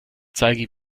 zeige